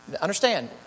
Understand